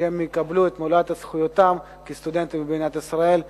שהם יקבלו את מלוא זכויותיהם כסטודנטים במדינת ישראל.